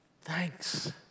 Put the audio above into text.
Thanks